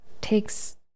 takes